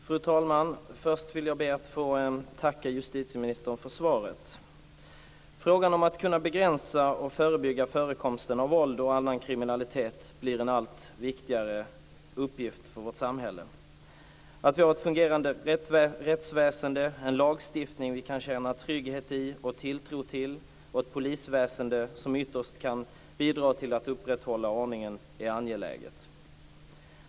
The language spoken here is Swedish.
Fru talman! Först vill jag be att få tacka justitieministern för svaret. Frågan om att kunna begränsa och förebygga förekomsten av våld och annan kriminalitet blir en allt viktigare uppgift för vårt samhälle. Att vi har ett fungerande rättsväsende, en lagstiftning vi kan känna trygghet i och tilltro till och ett polisväsende som ytterst kan bidra till att upprätthålla ordningen är angeläget.